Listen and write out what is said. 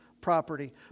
property